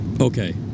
Okay